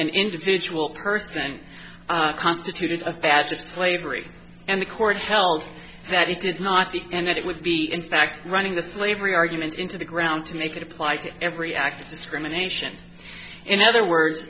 an individual person constituted a facet slavery and the court held that it did not and that it would be in fact running the slavery argument into the ground to make it apply to every act of discrimination in other words